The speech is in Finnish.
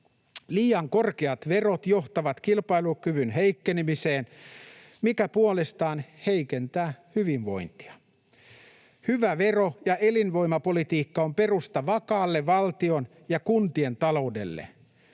Liian korkeat verot johtavat kilpailukyvyn heikkenemiseen, mikä puolestaan heikentää hyvinvointia. Hyvä vero‑ ja elinvoimapolitiikka on perusta vakaalle valtion ja kuntien taloudelle,